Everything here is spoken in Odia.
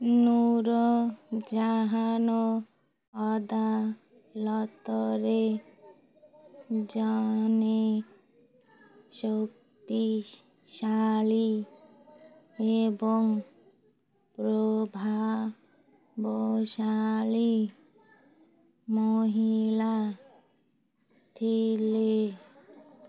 ନୁର ଜାହାନ ଅଦାଲତରେ ଜଣେ ଶକ୍ତିଶାଳୀ ଏବଂ ପ୍ରଭାବଶାଳୀ ମହିଳା ଥିଲେ